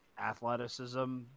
athleticism